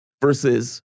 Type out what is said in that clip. versus